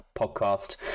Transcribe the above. podcast